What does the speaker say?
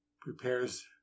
prepares